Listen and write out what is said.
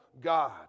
God